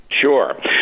sure